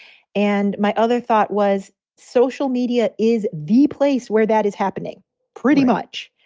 and my other thought was social media is the place where that is happening pretty much.